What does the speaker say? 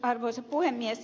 arvoisa puhemies